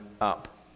up